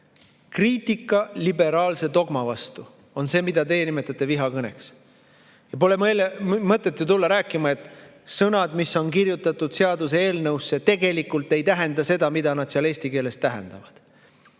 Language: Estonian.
Kriitika liberaalse dogma vastu on see, mida teie nimetate vihakõneks. Pole mõtet tulla rääkima, et sõnad, mis on kirjutatud seaduseelnõusse, tegelikult ei tähenda seda, mida nad seal eesti keeles tähendavad.